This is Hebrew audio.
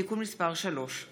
(תיקון מס' 3);